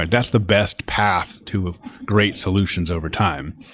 ah that's the best path to great solutions overtime.